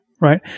Right